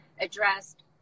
addressed